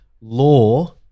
law